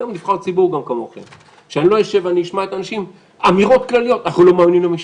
אני לא אשב ואשמע אמירות כלליות שאנחנו לא מאמינים למשטרה.